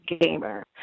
Gamer